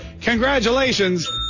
congratulations